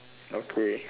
okay